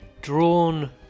drawn